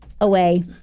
away